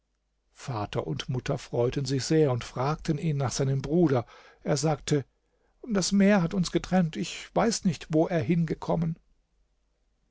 vater und mutter freuten sich sehr und fragten ihn nach seinem bruder er sagte das meer hat uns getrennt ich weiß nicht wo er hingekommen